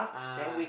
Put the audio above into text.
ah